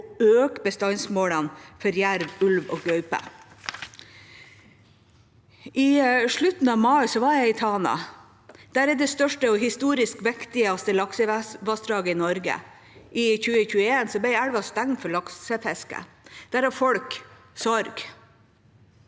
å øke bestandsmålene for jerv, ulv og gaupe. I slutten av mai var jeg i Tana. Der er det største og historisk viktigste laksevassdraget i Norge. I 2021 ble elva stengt for laksefiske. Der har folk sorg